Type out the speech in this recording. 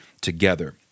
Together